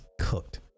cooked